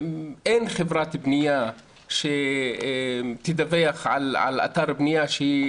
אין חברת בנייה שתדווח על אתר בנייה שהיא